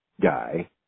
guy